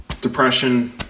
depression